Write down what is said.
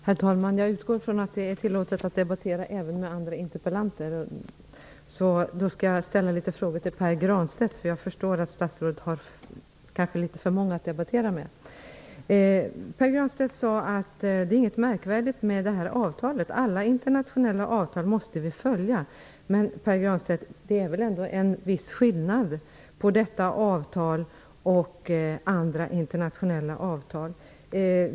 Herr talman! Jag utgår från att det är tillåtet att debattera även med andra interpellanter, och därför skulle jag vilja ställa några frågor till Pär Granstedt. Jag förstår att statsrådet kanske tycker att det är för många att debattera med. Pär Granstedt sade att det inte är något märkvärdigt med det här avtalet och att vi måste följa alla internationella avtal. Men det är väl ändå en viss skillnad på detta avtal och andra internationella avtal.